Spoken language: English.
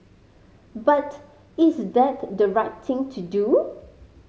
but is that the right thing to do